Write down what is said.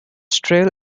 trail